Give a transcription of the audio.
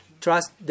trust